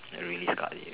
that really scarred you